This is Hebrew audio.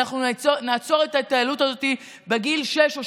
אנחנו נעצור את ההתעללות הזאת בגיל שש או